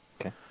Okay